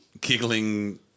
Giggling